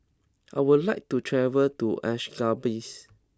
I would like to travel to Ashgabat